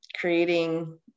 creating